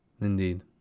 indeed